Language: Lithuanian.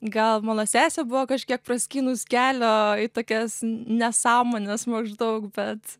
gal mano sesė buvo kažkiek praskynus kelio į tokias nesąmones maždaug bet